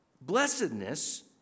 Blessedness